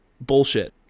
Bullshit